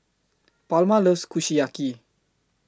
Palma loves Kushiyaki